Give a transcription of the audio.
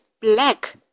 black